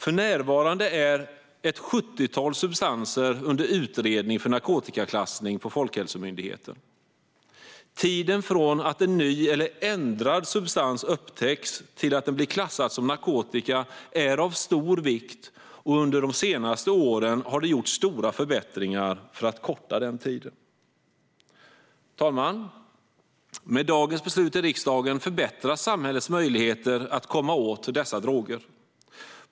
För närvarande är ett sjuttiotal substanser under utredning för narkotikaklassning på Folkhälsomyndigheten. Tiden från att en ny eller ändrad substans upptäcks till att den blir klassad som narkotika är av stor vikt, och under de senaste åren har det gjorts stora förbättringar som kortat den tiden. Fru talman! Med dagens beslut i riksdagen förbättras samhällets möjligheter att komma åt dessa droger.